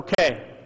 Okay